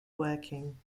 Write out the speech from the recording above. working